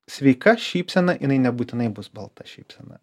sveika šypsena jinai nebūtinai bus balta šypsena